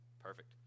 Perfect